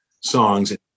songs